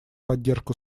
поддержку